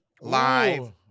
live